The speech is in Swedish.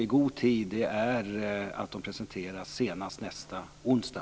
I god tid är att de presenteras senast nästa onsdag.